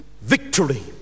victory